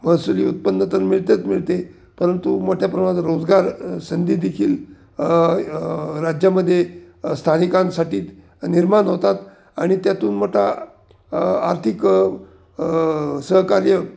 महसुली उत्पन्न तर मिळतेच मिळते परंतु मोठ्या प्रमाणात रोजगार संधी देखील राज्यामध्ये स्थानिकांसाठी निर्माण होतात आणि त्यातून मोठा आर्थिक सहकार्य